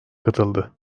katıldı